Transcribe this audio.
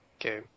okay